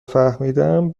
فهمیدم